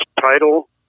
title